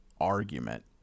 argument